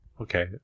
Okay